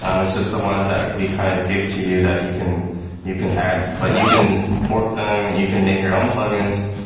um it's just the ones that we kind of give to you that you can you can add, but you can fork them and you can make your own plugins,